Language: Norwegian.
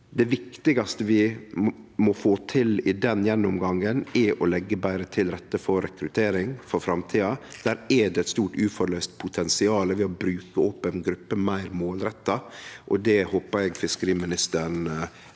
Det viktigaste vi må få til i den gjennomgangen, er å leggje betre til rette for rekruttering for framtida. Der er det eit stort, uforløyst potensial i å bruke open gruppe meir målretta. Det håpar eg fiskeriministeren